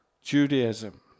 Judaism